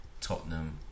Tottenham